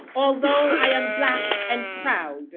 although i am black and proud